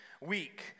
week